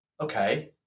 okay